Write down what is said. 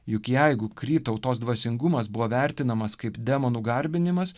juk jeigu kri tautos dvasingumas buvo vertinamas kaip demonų garbinimas